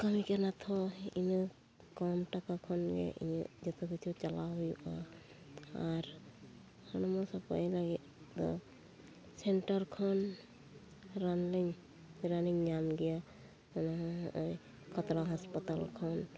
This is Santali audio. ᱠᱟᱹᱢᱤ ᱠᱟᱱᱟ ᱛᱳ ᱤᱱᱟᱹ ᱠᱚᱢ ᱴᱟᱠᱟ ᱠᱷᱚᱱ ᱜᱮ ᱤᱧᱟᱜ ᱡᱚᱛᱚ ᱠᱤᱪᱷᱩ ᱪᱟᱞᱟᱣ ᱦᱩᱭᱩᱜᱼᱟ ᱟᱨ ᱦᱚᱲᱚᱢ ᱥᱟᱯᱷᱟᱭ ᱞᱟᱹᱜᱤᱫ ᱫᱚ ᱥᱮᱱᱴᱟᱨ ᱠᱷᱚᱱ ᱨᱟᱱᱞᱤᱧ ᱧᱟᱢ ᱜᱮᱭᱟ ᱦᱚᱜᱚᱭ ᱠᱷᱟᱛᱲᱟ ᱦᱟᱥᱯᱟᱛᱟᱞ ᱠᱷᱚᱱ